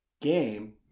game